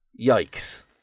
yikes